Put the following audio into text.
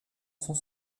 sans